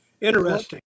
Interesting